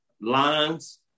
lines